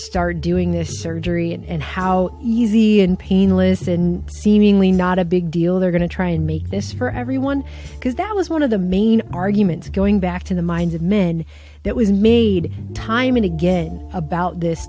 start doing this surgery and how easy and painless and seemingly not a big deal they're going to try and make this for everyone because that was one of the main arguments going back to the minds of men that was made time and again about this